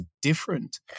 different